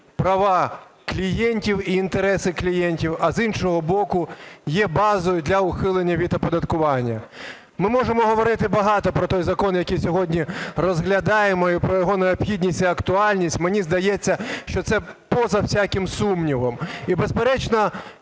права клієнтів і інтереси клієнтів, а з іншого боку, є базою для ухилення від оподаткування. Ми можемо говорити багато про той закон, який сьогодні розглядаємо, і про його необхідність і актуальність. Мені здається, що це поза всяким сумнівом. І, безперечно,